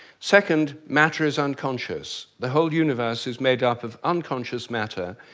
second, matter is unconscious. the whole universe is made up of unconscious matter.